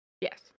Yes